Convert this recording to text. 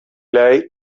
lei